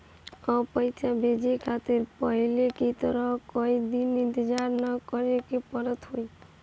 अब पइसा भेजे खातिर पहले की तरह कई दिन इंतजार ना करेके पड़त हवे